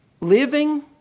Living